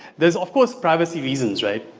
there's of course privacy reasons right?